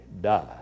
die